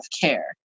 care